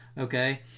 okay